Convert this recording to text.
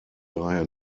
daher